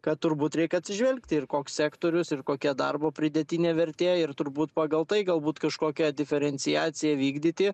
kad turbūt reik atsižvelgti ir koks sektorius ir kokia darbo pridėtinė vertė ir turbūt pagal tai galbūt kažkokią diferenciaciją vykdyti